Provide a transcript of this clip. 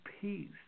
peace